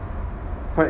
correct